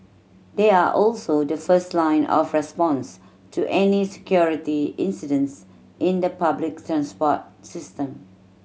they are also the first line of response to any security incidents in the public transport system